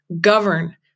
govern